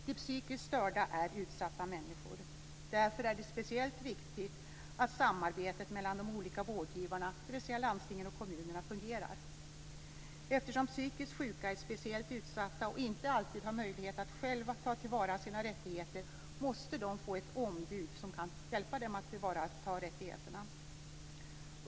De psykiskt störda är utsatta människor. Därför är det speciellt viktigt att samarbetet mellan de olika vårdgivarna, dvs. landstingen och kommunerna, fungerar. Eftersom psykiskt sjuka är speciellt utsatta och inte alltid har möjlighet att själva ta till vara sina rättigheter måste de få ett ombud som kan hjälpa dem att tillvarata rättigheterna.